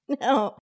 No